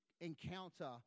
encounter